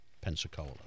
Pensacola